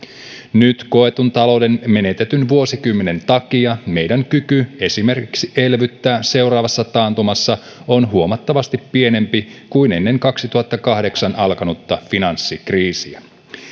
nyt koetun talouden menetetyn vuosikymmenen takia meidän kykymme esimerkiksi elvyttää seuraavassa taantumassa on huomattavasti pienempi kuin ennen kaksituhattakahdeksan alkanutta finanssikriisiä